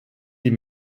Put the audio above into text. die